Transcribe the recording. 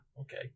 okay